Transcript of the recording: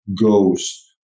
goes